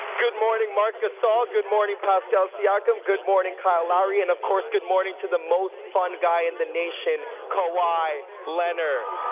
good morning mark asal, good morning pasqual siakam, good morning kyle lowry and of course good morning to the most fun guy in the nation, kawhi leonard.